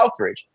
Southridge